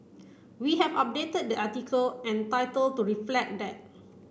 we have updated the article and title to reflect that